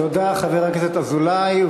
תודה, חבר הכנסת אזולאי.